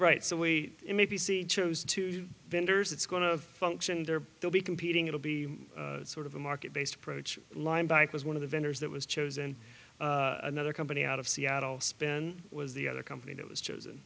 right so we can maybe see chose to vendors it's going to function there will be competing it'll be sort of a market based approach linebacker's one of the vendors that was chosen another company out of seattle spin was the other company that was chosen